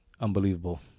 unbelievable